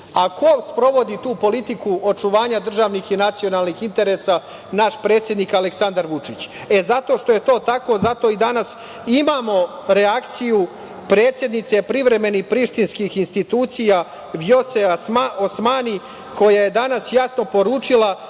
sprovodi tu politiku očuvanja državnih i nacionalnih interesa? Naš predsednik Aleksandar Vučić. Zato što je to tako, zato i danas imamo reakciju predsednice privremenih prištinskih institucija Vjose Osmani, koja je danas jasno poručila